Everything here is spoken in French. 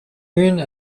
une